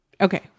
okay